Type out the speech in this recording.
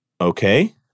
okay